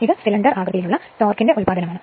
ഇത് സിലിണ്ടർ ആകൃതിയിലുള്ള ടോർക്കിന്റെ ഉത്പാദനമാണ്